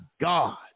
God